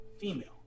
female